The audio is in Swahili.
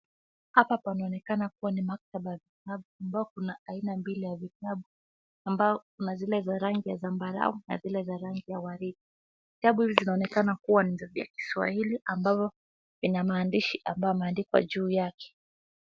Hapa panaonekana kuwa maktaba ambayo kuna aina mbili ya vitabu ambao kuna zile za rangi ya sambarua na zile za rangi za waride. Viatabu zinaonekana kuwa na vya kiswahili ambao inamaandishi ambao vimeandikwa juu yake.